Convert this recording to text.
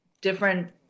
different